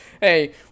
hey